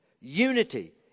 Unity